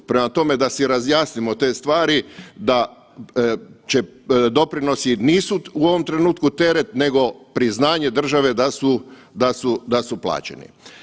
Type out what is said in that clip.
Prema tome, da si razjasnimo te stvari da doprinosi nisu u ovom trenutku teret nego priznanje države da su, da su plaćeni.